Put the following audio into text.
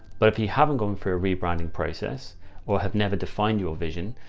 but if you haven't gone through a rebranding process or have never defined your vision,